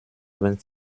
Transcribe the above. vingt